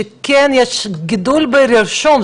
שכן יש גידול ברישום?